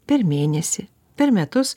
per mėnesį per metus